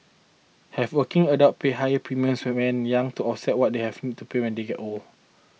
have working adults pay higher premiums when young to offset what they haven't to pay when they get old